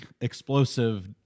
explosive